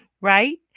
right